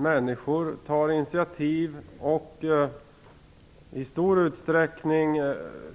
Människor tar initiativ och